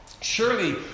Surely